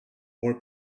more